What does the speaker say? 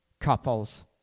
couples